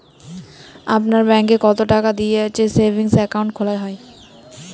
আপনার ব্যাংকে কতো টাকা দিয়ে সেভিংস অ্যাকাউন্ট খোলা হয়?